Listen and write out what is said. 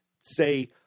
say